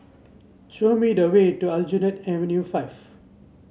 show me the way to Aljunied Avenue Five